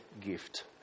gift